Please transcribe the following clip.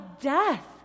death